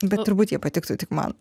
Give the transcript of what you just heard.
bet turbūt jie patiktų tik man